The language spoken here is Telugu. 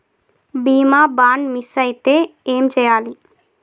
బీమా బాండ్ మిస్ అయితే ఏం చేయాలి?